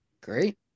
Great